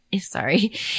Sorry